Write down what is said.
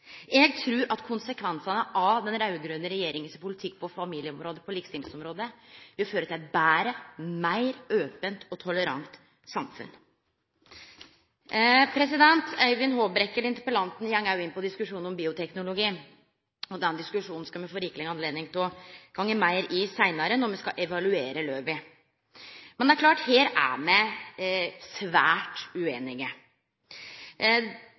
Eg trur konsekvensane av den raud-grøne regjeringas politikk på familieområdet og på likestillingsområdet vil føre til eit betre, meir ope og tolerant samfunn. Interpellanten Øyvind Håbrekke går òg inn i diskusjonen om bioteknologi. Den diskusjonen skal me få rikeleg anledning til å gå meir inn i seinare, når me skal evaluere lova. Men det er klart at her er me svært ueinige.